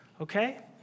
okay